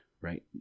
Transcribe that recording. right